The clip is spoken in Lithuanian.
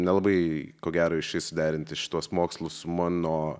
nelabai ko gero išeis suderinti šituos mokslus su mano